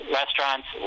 restaurants